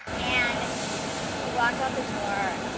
and he walked out the door,